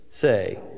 say